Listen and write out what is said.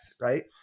right